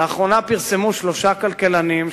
לאחרונה פרסמו שלושה כלכלנים,